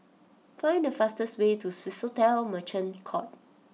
find the fastest way to Swissotel Merchant Court